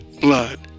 blood